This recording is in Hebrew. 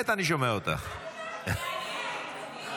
בעד, שבעה מתנגדים.